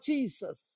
Jesus